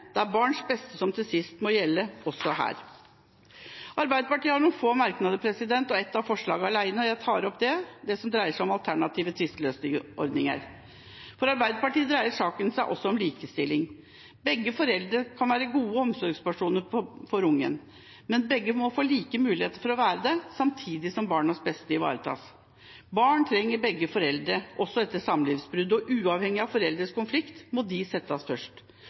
barns beste som til sist må gjelde også her. Arbeiderpartiet har noen få merknader og ett forslag alene, og jeg tar opp det. Det dreier seg om alternative tvisteløsningsordninger. For Arbeiderpartiet dreier saken seg også om likestilling. Begge foreldre kan være gode omsorgspersoner for barnet, men begge må få like muligheter til å være det, samtidig som barnas beste ivaretas. Barn trenger begge foreldre, også etter samlivsbrudd, og uavhengig av foreldrenes konflikt må de settes først.